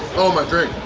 oh my drink!